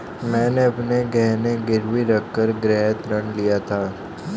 मैंने अपने गहने गिरवी रखकर गृह ऋण लिया था